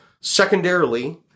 Secondarily